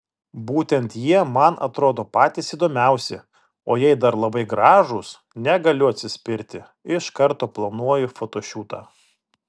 būtent jie man atrodo patys įdomiausi o jei dar labai gražūs negaliu atsispirti iš karto planuoju fotošiūtą